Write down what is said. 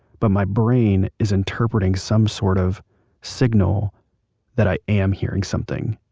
but my brain is interpreting some sort of signal that i am hearing something